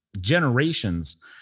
generations